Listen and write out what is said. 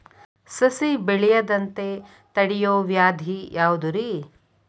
ಸಸಿ ಬೆಳೆಯದಂತ ತಡಿಯೋ ವ್ಯಾಧಿ ಯಾವುದು ರಿ?